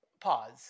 pause